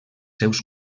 seus